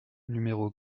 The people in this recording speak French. numéro